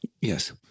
Yes